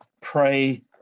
pray